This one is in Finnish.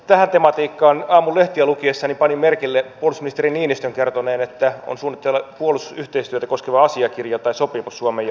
aamun lehtiä lukiessani panin merkille puolustusministeri niinistön kertoneen että on suunnitteilla puolustusyhteistyötä koskeva asiakirja tai sopimus suomen ja britannian välillä